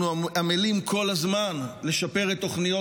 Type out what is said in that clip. אנחנו עמלים כל הזמן לשפר את תוכניות